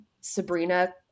Sabrina